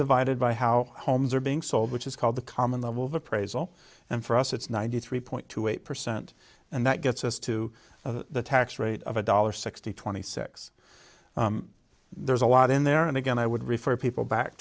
divided by how homes are being sold which is called the common level of appraisal and for us it's ninety three point two eight percent and that gets us to the tax rate of a dollar sixty twenty six there's a lot in there and again i would refer people back